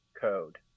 code